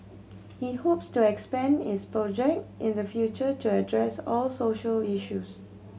he hopes to expand his project in the future to address all social issues